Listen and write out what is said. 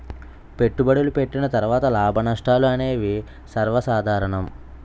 పెట్టుబడులు పెట్టిన తర్వాత లాభనష్టాలు అనేవి సర్వసాధారణం